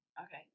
Okay